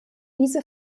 diese